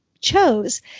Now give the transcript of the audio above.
chose